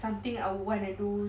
something I wanna do